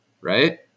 right